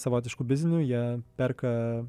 savotišku bizniu jie perka